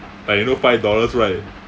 like you know five dollars right